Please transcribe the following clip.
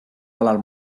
alal